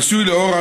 נשוי לאורה,